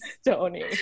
stony